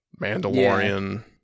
Mandalorian